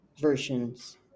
versions